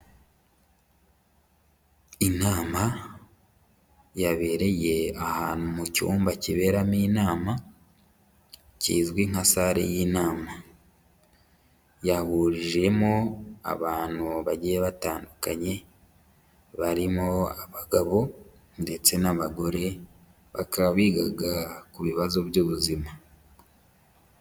Inama yabereye ahantu mu cyumba kiberamo inama kizwi nka salle y'inama. Yahujemo abantu bagiye batandukanye, barimo abagabo ndetse n'abagore, bakaba bigaga ku bibazo by'ubuzima.